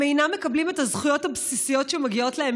הם אינם מקבלים את הזכויות הבסיסיות שמגיעות להם